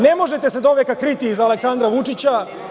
Ne možete se do veka kriti iza Aleksandra Vučića.